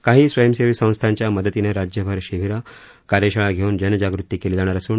काही स्वयंसेवी संस्थांच्या मदतीनं राज्यभर शिबिरं कार्यशाळा घेऊन जनजागृती केली जाणार असून